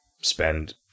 spend